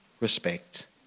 respect